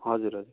हजुर